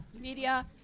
media